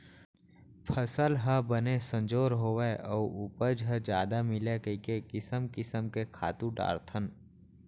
फसल ह बने संजोर होवय अउ उपज ह जादा मिलय कइके किसम किसम के खातू डारथन